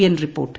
N report